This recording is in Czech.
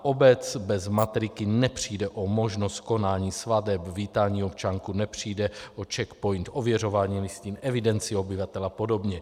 Obec bez matriky nepřijde o možnost konání svateb, vítání občánků, nepřijde o Czech POINT, ověřování listin, evidenci obyvatel apod.